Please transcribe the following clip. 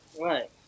Right